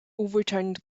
overturned